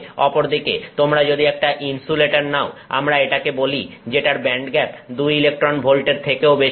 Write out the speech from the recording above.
অপরদিকে তোমরা যদি একটা ইনসুলেটর নাও আমরা এটাকে বলি যেটার ব্যান্ডগ্যাপ 2 ইলেকট্রন ভোল্টের থেকেও বেশি